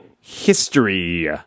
History